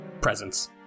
presence